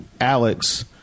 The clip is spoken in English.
alex